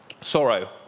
sorrow